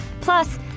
plus